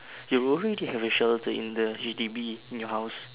you worry they have a shelter in the H_D_B in our house